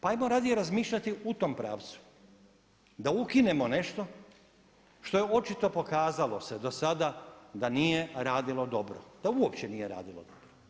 Pa ajmo radije razmišljati u tom pravcu da ukinemo nešto što se očito pokazalo do sada da nije radilo dobro, da uopće nije radilo dobro.